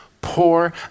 poor